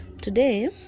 today